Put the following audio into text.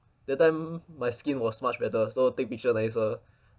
that time my skin was much better so take picture nicer